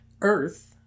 Earth